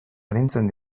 arintzen